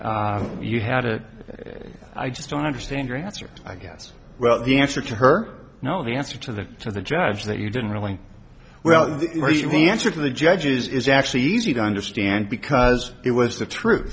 you had to i just don't understand your answer i guess well the answer to her no the answer to that to the judge that you didn't really well the answer to the judge is actually easy to understand because it was the truth